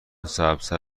سبزتر